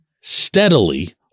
steadily